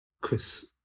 Chris